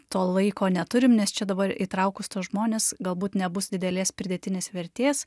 to laiko neturim nes čia dabar įtraukus tuos žmones galbūt nebus didelės pridėtinės vertės